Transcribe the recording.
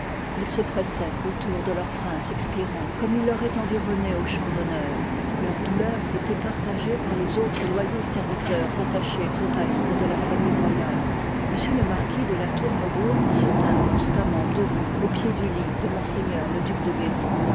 ils se pressoient autour de leur prince expirant comme ils l'auroient environné au champ d'honneur leur douleur étoit partagée par les autres loyaux serviteurs attachés au reste de la famille royale m le marquis de latour maubourg se tint constamment debout au pied du lit de m le duc de berry